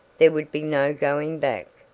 there would be no going back.